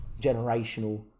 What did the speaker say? generational